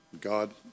God